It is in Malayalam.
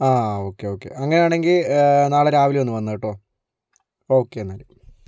ആ ഓക്കേ ഓക്കെ അങ്ങനെയാണെങ്കിൽ നാളെ രാവിലെ ഒന്ന് വന്നോ കേട്ടോ ഓക്കെ എന്നാൽ